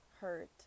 hurt